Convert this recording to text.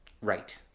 Right